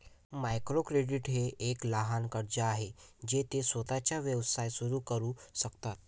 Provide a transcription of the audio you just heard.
micro credit हे एक लहान कर्ज आहे जे ते स्वतःचा व्यवसाय सुरू करू शकतात